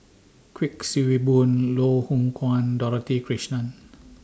Kuik Swee Boon Loh Hoong Kwan Dorothy Krishnan